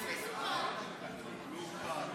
בזמן ספירת הקולות